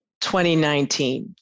2019